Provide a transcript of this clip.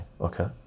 okay